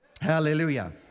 Hallelujah